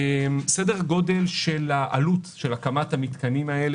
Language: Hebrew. סדר גודל העלות של הקמת המתקנים האלה,